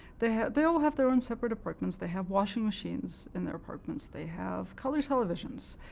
they they all have their own separate apartments. they have washing machines in their apartments. they have color televisions.